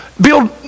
Build